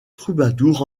troubadours